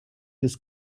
des